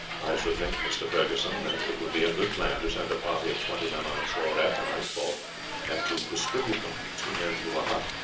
i should think, mr. ferguson, that it would be a good plan to send a party of twenty men on shore after nightfall and to distribute them, two men to a hut.